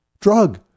drug